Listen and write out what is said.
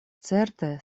certe